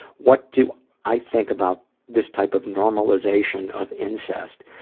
what do i think about this type of normalization of incest?